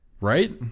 Right